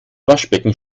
waschbecken